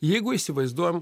jeigu įsivaizduojam